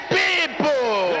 people